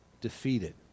defeated